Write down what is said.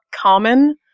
common